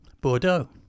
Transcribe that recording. Bordeaux